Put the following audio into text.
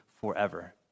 forever